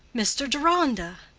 mr. deronda!